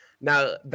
Now